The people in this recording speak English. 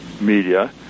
media